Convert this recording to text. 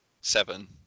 seven